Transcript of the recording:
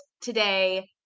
today